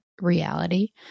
reality